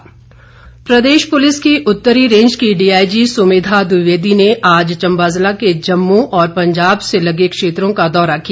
निरीक्षण प्रदेश पुलिस की उत्तरी रेंज की डीआईजी सुमेधा द्विवेदी ने आज चंबा जिला के जम्मू और पंजाब से लगे क्षेत्रों का दौरा किया